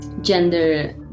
gender